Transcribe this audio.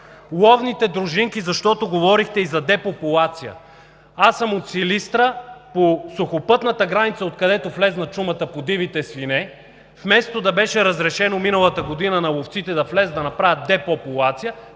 Ловните дружинки, защото говорихте и за депопулация. Аз съм от Силистра. По сухопътната граница, откъдето влезе чумата по дивите свине, вместо да беше разрешено миналата година на ловците да влезнат и да направят депопулация,